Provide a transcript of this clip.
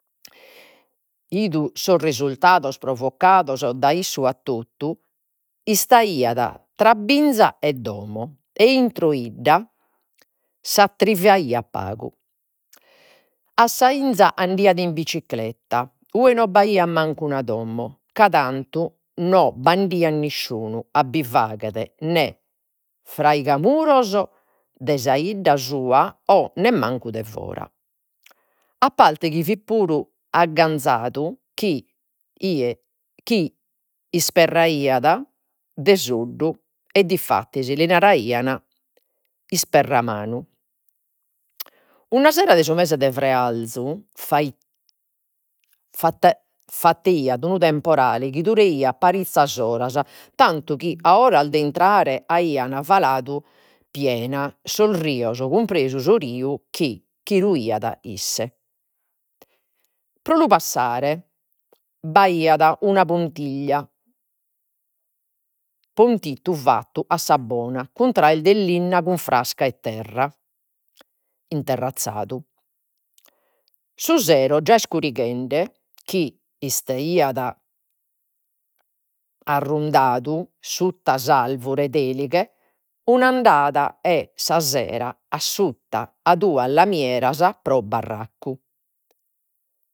'idu sos risultados provocados dai issu a totu, istaiat tra binza e domo e intro 'idda pagu. A sa 'inza andaiat in bicicletta, ue no b'aiat mancu una domo ca tantu no b'andaiat nisciunu a bi faghere, nè fraigamuros de sa 'idda sua o nemmancu de fora. A parte chi fit puru agganzadu chi chi isperraiat de soddu, e diffattis li naraian isperramanu. Una sera de su mese de frearzu fatt fatteit un temporale chi dureit parizzas oras tantu chi a ora de intrare aiat faladu piena sos rios, cumpresu su riu chi rujat isse. Pro lu passare b'aiat una puntiglia, pontittu fattu a sa bona, cun traes de linna, cun frasca e terra interrazadu. Su sero già iscurighende chi istaiat arrundadu sutta s'alvure de ‘elighe un'andada sera a sutta a duas lamieras pro barraccu.